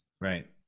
Right